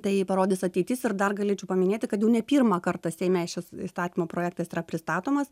tai parodys ateitis ir dar galėčiau paminėti kad jau ne pirmą kartą seime šis įstatymo projektas yra pristatomas